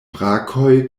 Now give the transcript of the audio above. brakoj